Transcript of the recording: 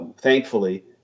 thankfully